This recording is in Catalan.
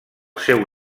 seu